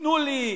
תנו לי הקפאה,